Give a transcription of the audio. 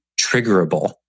triggerable